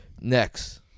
Next